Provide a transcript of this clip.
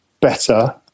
better